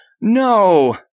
No